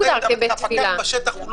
בין מקום קטן לשמורת טבע, אבל זה לא